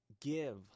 give